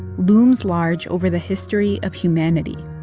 looms large over the history of humanity.